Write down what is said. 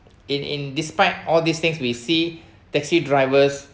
in in despite all these things we see taxi drivers